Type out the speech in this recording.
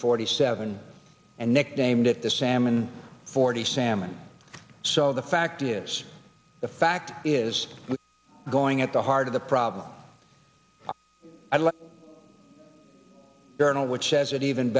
forty seven and nicknamed it the salmon forty salmon so the fact is the fact is we're going at the heart of the problem journal which says that even